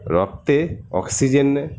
রক্তে অক্সিজেনে